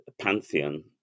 pantheon